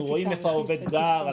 אנחנו רואים איפה העובד גר,